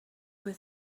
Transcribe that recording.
with